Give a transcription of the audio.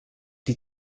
die